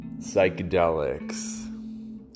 psychedelics